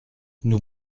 nous